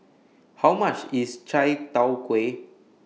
How much IS Chai Tow Kuay